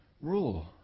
rule